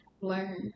learn